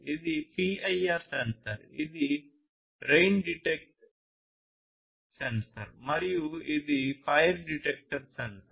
ఇది PIR sensor ఇది rain detector sensor మరియు ఇది ఫైర్ డిటెక్టర్ సెన్సార్